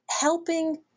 helping